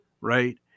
right